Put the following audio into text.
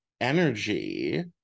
energy